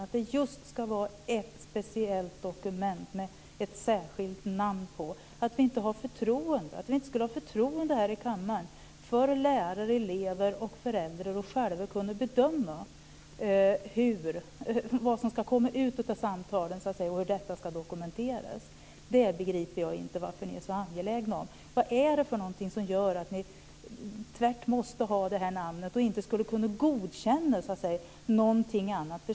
Att det just ska vara ett speciellt dokument som har ett särskilt namn, att vi inte skulle ha förtroende här i kammaren för lärare, elever och föräldrar att själva kunna bedöma vad som ska komma ut av samtalen och hur detta ska dokumenteras begriper jag inte varför ni är så angelägna om. Vad är det som gör att ni absolut måste ha det här namnet och inte kan godkänna någonting annat.